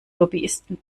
lobbyisten